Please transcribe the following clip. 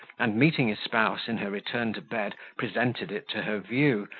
and, meeting his spouse in her return to bed, presented it to her view,